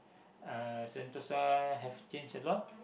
uh Sentosa have changed a lot